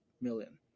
million